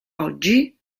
oggi